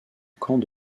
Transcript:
camp